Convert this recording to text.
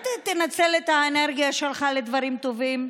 על המענקים תצביעו בעד.